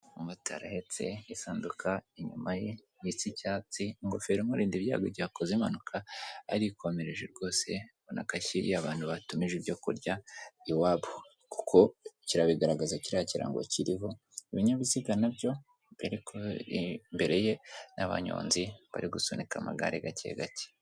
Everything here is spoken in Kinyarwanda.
Umumotari ahetse isanduka inyuma y'icyatsi, ingofero imurinda ibyago mugihe yakoze impanuka arikomereje rwose banakashyiriya abantu batumije ibyo kurya iwabo kuko kirabigaragaza kiriya kigo kiriho ibinyabiziga nabyo be imbere ye n'abanyonzi bari gusunika amagare gake gake.